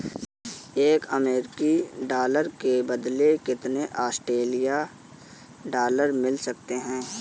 एक अमेरिकी डॉलर के बदले कितने ऑस्ट्रेलियाई डॉलर मिल सकते हैं?